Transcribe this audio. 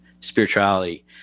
spirituality